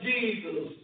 Jesus